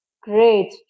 great